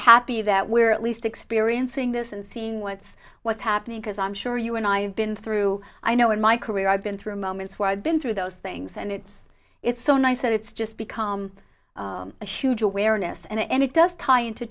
happy that we're at least experiencing this and seeing what's what's happening because i'm sure you and i have been through i know in my career i've been through moments where i've been through those things and it's it's so nice that it's just become a huge awareness and it does tie into